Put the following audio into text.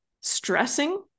stressing